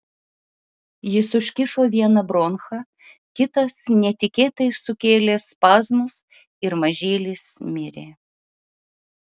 jis užkišo vieną bronchą kitas netikėtai sukėlė spazmus ir mažylis mirė